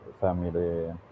family